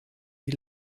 die